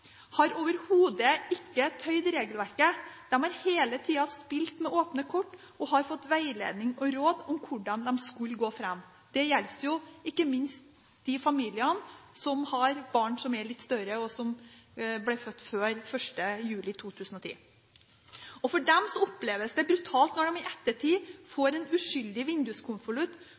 har overhodet ikke tøyd regelverket. De har hele tida spilt med åpne kort, og fått veiledning og råd om hvordan de skulle gå fram. Det gjelder ikke minst de familiene som har barn som er litt større, og som ble født før 1. juli 2010. For dem oppleves det brutalt når de i ettertid får en uskyldig